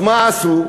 אז מה עשו?